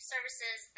services